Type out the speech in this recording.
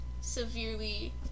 severely